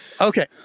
Okay